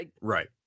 Right